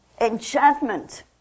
Enchantment